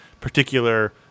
particular